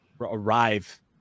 arrive